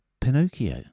Pinocchio